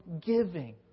giving